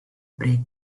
brake